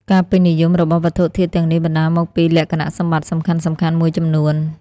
ការពេញនិយមរបស់វត្ថុធាតុទាំងនេះបណ្ដាលមកពីលក្ខណៈសម្បត្តិសំខាន់ៗមួយចំនួន។